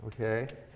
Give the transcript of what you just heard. Okay